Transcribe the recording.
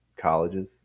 colleges